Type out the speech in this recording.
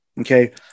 Okay